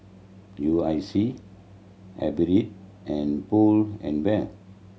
U I C and Pull and Bear